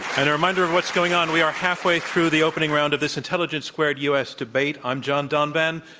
and a reminder of what's going on. we are halfway through the opening round of this intelligence squared u. s. debate. i'm john donvan.